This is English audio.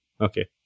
okay